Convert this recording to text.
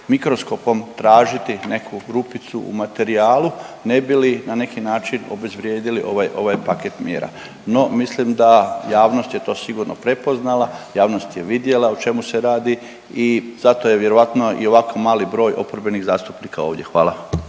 mikroskopom tražiti neku rupicu u materijalu ne bi li na neki način obezvrijedili ovaj ovaj paket mjera. No mislim da javnost je to sigurno prepoznala, javnost je vidjela o čemu se radi i zato je vjerojatno i ovako mali broj oporbenih zastupnika ovdje, hvala.